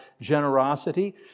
generosity